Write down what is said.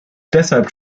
deshalb